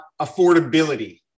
affordability